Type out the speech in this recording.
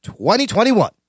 2021